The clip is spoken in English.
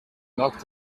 knocked